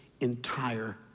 entire